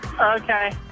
Okay